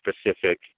specific